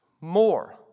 More